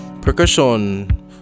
percussion